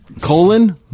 colon